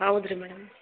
ಹೌದ್ ರೀ ಮೇಡಮ್